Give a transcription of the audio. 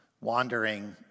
wandering